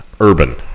urban